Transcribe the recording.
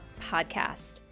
podcast